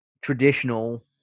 traditional